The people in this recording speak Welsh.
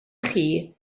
chi